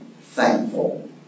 thankful